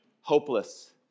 hopeless